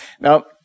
Now